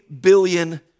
billion